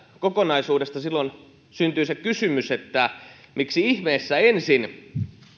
kokonaisuudesta syntyy silloin se kysymys miksi ihmeessä ensin